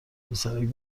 پسرک